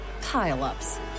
pile-ups